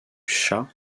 shah